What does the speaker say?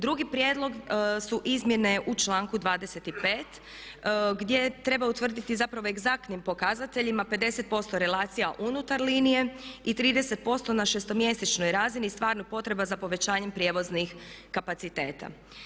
Drugi prijedlog su izmjene u članku 25. gdje treba utvrditi zapravo egzaktnim pokazateljima 50% relacija unutar linije i 30% na šestomjesečnoj razini stvarnih potreba za povećanjem prijevoznih kapaciteta.